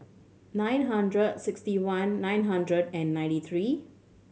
nine hundred sixty one nine hundred and ninety three